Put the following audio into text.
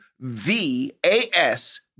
V-A-S